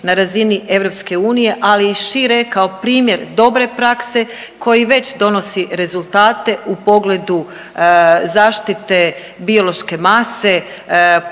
na razini EU, ali i šire kao primjer dobre prakse koji već donosi rezultate u pogledu zaštite biološke mase,